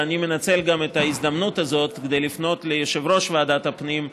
ואני גם מנצל את ההזדמנות הזאת כדי לפנות ליושב-ראש ועדת הפנים: